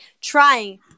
trying